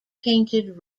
painted